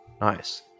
Nice